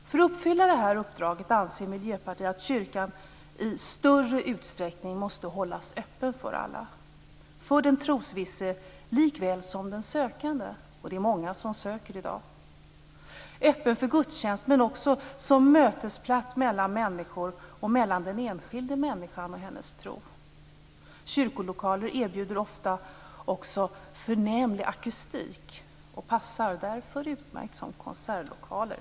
För att uppfylla detta uppdrag anser Miljöpartiet att kyrkan i större utsträckning måste hållas öppen för alla, för den trosvisse lika väl som för den sökande. Och det är många som söker i dag. Kyrkan skall vara öppen för gudstjänst, men den skall också vara en mötesplats mellan människor och mellan den enskilda människan och hennes tro. Kyrkolokaler erbjuder ofta också förnämlig akustik och passar därför utmärkt som konsertlokaler.